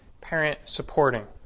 parent-supporting